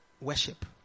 worship